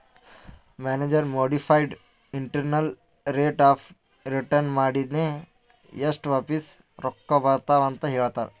manager modified internal rate of return ಮಾಡಿನೆ ಎಸ್ಟ್ ವಾಪಿಸ್ ರೊಕ್ಕಾ ಬರ್ತಾವ್ ಅಂತ್ ಹೇಳ್ತಾರ್